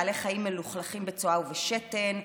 בעלי חיים מלוכלכים בצואה ובשתן,